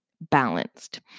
balanced